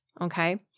Okay